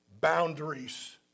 boundaries